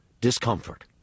discomfort